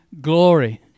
glory